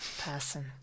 person